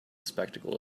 spectacle